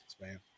man